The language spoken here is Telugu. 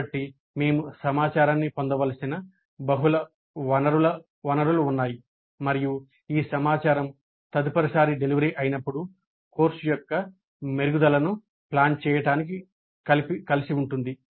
కాబట్టి మేము సమాచారాన్ని పొందవలసిన బహుళ వనరులు ఉన్నాయి మరియు ఈ సమాచారం తదుపరి సారి డెలివరీ అయినప్పుడు కోర్సు యొక్క మెరుగుదలలను ప్లాన్ చేయడానికి కలిసి ఉంటుంది